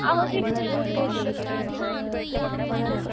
आहो दि